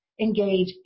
engage